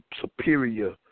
superior